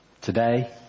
Today